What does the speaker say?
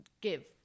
give